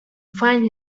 find